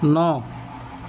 نو